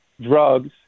drugs